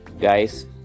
Guys